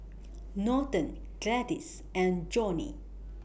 Norton Gladis and Johnnie